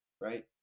right